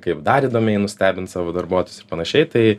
kaip dar įdomiai nustebint savo darbuotojus ir panašiai tai